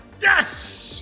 Yes